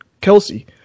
Kelsey